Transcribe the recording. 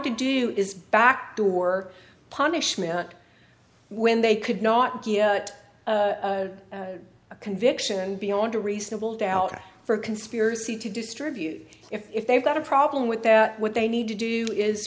to do is backdoor punishment when they could not get a conviction beyond a reasonable doubt or for conspiracy to distribute if they've got a problem with that what they need to do is